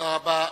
תודה רבה.